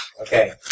Okay